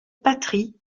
patrie